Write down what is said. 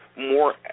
More